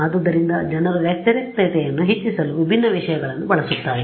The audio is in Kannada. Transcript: ಆದ್ದರಿಂದ ಜನರು ವ್ಯತಿರಿಕ್ತತೆಯನ್ನು ಹೆಚ್ಚಿಸಲು ವಿಭಿನ್ನ ವಿಷಯಗಳನ್ನು ಬಳಸುತ್ತಾರೆ